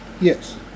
Yes